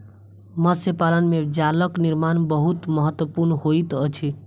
मत्स्य पालन में जालक निर्माण बहुत महत्वपूर्ण होइत अछि